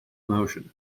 motion